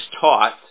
taught